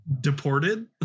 deported